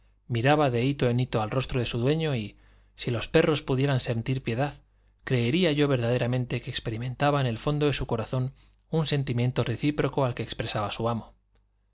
miraba de hito en hito al rostro de su dueño y si los perros pudieran sentir piedad creería yo verdaderamente que experimentaba en el fondo de su corazón un sentimiento recíproco al que expresaba su amo